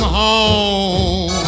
home